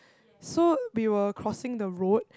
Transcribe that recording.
so we were crossing the road